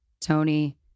tony